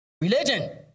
Religion